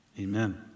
Amen